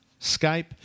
Skype